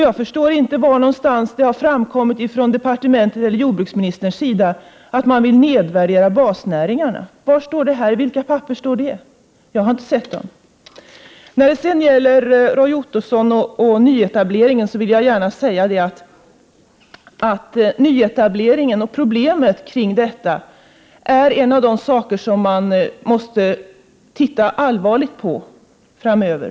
Jag förstår inte var det framgår att departementet eller jordbruksministern vill nedvärdera basnäringarna. I vilka papper står det? Jag har inte sett dem. Till Roy Ottosson vill jag säga att nyetableringarna och problemen kring dessa är en av de saker som man måste ta allvarligt på framöver.